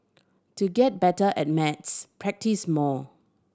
to get better at maths practise more